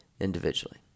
individually